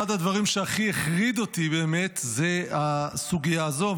אחד הדברים שהכי החריד אותי באמת זה הסוגיה הזאת.